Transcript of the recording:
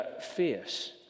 fierce